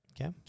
okay